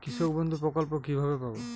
কৃষকবন্ধু প্রকল্প কিভাবে পাব?